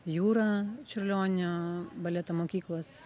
jūra čiurlionio baleto mokyklos